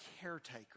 caretaker